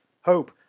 hope